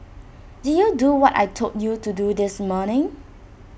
did you do what I Told you to do this morning